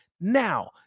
now